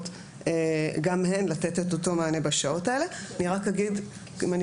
אבל יחד עם זאת, נשאלת השאלה, האם זה